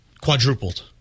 quadrupled